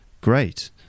Great